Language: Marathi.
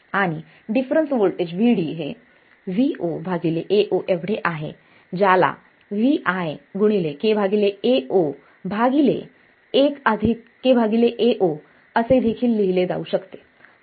आणि डिफरन्स व्होल्टेज Vd हे VoAo एवढे आहे ज्याला Vi k Ao 1 k Ao असेदेखील लिहिले जाऊ शकते